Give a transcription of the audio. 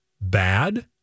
Bad